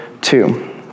two